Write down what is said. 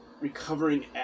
recovering